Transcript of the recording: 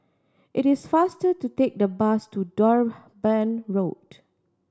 it is faster to take the bus to Durban Road